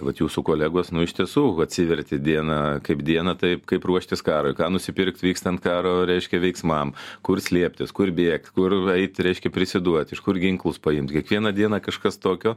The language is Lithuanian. vat jūsų kolegos nu iš tiesų atsiverti dieną kaip dieną taip kaip ruoštis karui ką nusipirkti vykstant karo reiškia veiksmam kur slėptis kur bėgti kur eiti reiškia prisiduoti iš kur ginklus paimti kiekvieną dieną kažkas tokio